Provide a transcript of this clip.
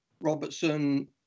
Robertson